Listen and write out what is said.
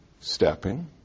stepping